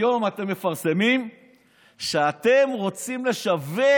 היום אתם מפרסמים שאתם רוצים לשווק